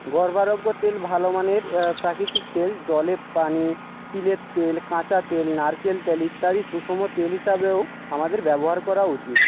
তেল ভালো মানের প্রাকৃতিক তেল জলে পানি তিলের তেল কাঁচা তেল নারকেল তেল ইত্যাদি সুষম তেল হিসাবেও আমাদের ব্যবহার করা উচিত